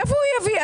מאיפה הוא יביא?